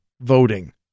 voting